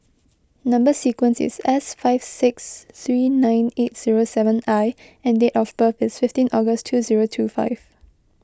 Number Sequence is S five six three nine eight zero seven I and date of birth is fifteen August two zero two five